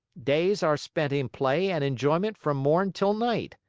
days are spent in play and enjoyment from morn till night.